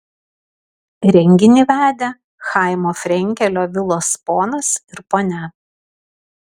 renginį vedė chaimo frenkelio vilos ponas ir ponia